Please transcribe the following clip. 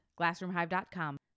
glassroomhive.com